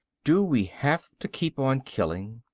do we have to keep on killing?